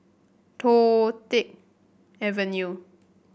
Toh Tuck Avenue